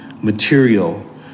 material